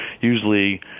usually